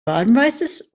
warmweißes